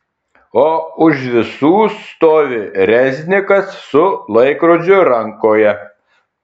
o už visų stovi reznikas su laikrodžiu rankoje